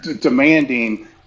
demanding